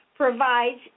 provides